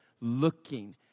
looking